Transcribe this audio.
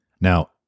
Now